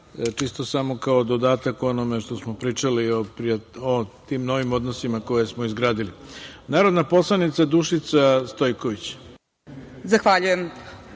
čisto samo kao dodatak onome što smo pričali o tim novim odnosima koje smo izgradili. Reč ima narodna poslanica Dušica Stojković.